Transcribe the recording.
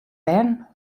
bern